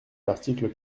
l’article